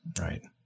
right